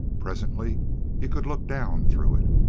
presently he could look down through it.